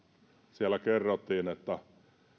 siellä kerrottiin että